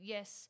Yes